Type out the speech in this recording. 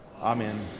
Amen